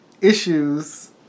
issues